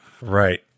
Right